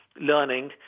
learning